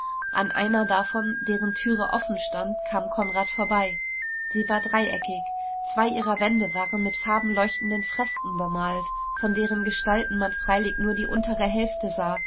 an einer davon deren türe offen stand kam konrad vorbei sie war dreieckig zwei ihrer wände waren mit farbenleuchtenden fresken bemalt von deren gestalten man freilich nur die untere hälfte sah